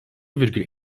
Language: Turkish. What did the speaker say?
virgül